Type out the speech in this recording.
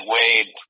Wade